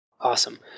Awesome